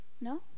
No